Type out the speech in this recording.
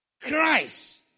Christ